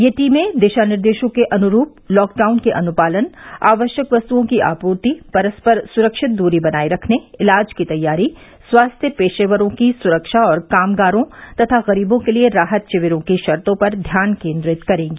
ये टीमें दिशा निर्देशों के अनुरूप लॉकडाउन के अनुपालन आवश्यक वस्तुओं की आपूर्ति परस्पर सुरक्षित दूरी बनाए रखने इलाज की तैयारी स्वास्थ्य पेशेवरों की सुरक्षा और कामगारों तथा गरीबों के लिए राहत शिविरों की शर्तों पर ध्यान केंद्रित करेंगी